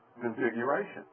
Configuration